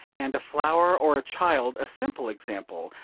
and a flower or a child a simple example,